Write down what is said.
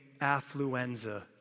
affluenza